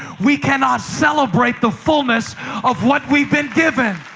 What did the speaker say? we cannot celebrate the fullness of what we've been given.